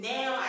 Now